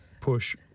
push